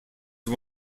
one